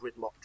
gridlock